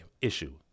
issue